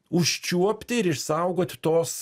užčiuopt ir išsaugot tos